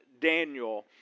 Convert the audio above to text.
Daniel